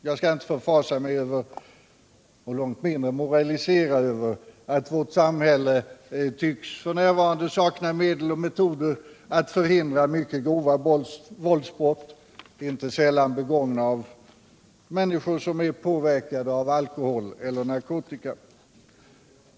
Jag skall inte förfasa mig över, långt mindre moralisera över, att vårt samhälle tycks sakna medel och metoder att förhindra mycket grova våldsbrott, inte sällan begångna av människor, som är påverkade av alkohol eller narkotika.